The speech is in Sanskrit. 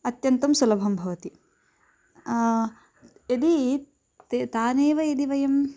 अत्यन्तं सुलभं भवति यदि ते तानेव यदि वयं